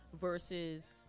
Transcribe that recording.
versus